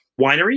wineries